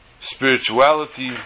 spirituality